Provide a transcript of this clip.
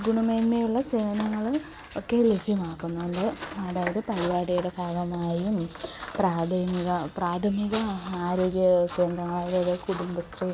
ഗുണമേന്മയുള്ള സേവനങ്ങൾ ഒക്കെ ലഭ്യമാക്കുന്നുണ്ട് അതായത് പരിപാടിയുടെ ഭാഗമായും പ്രാഥമിക പ്രാഥമിക ആരോഗ്യ കേന്ദ്രങ്ങളിലൂടെ കുടുംബശ്രീ